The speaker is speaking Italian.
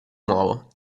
nuovo